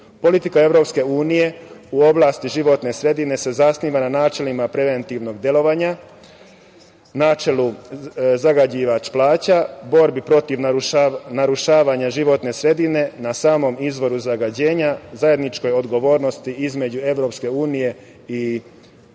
nivou. Politika EU u oblasti životne sredine se zasniva na načelima preventivnog delovanja, na načelu zagađivač plaća, borbi protiv narušavanja životne sredine na samom izvoru zagađenja, zajedničkoj odgovornosti između EU i